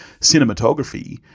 cinematography